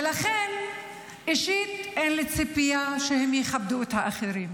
ולכן אישית אין לי ציפייה שהם יכבדו את האחרים.